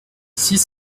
six